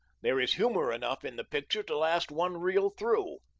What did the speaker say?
there is humor enough in the picture to last one reel through.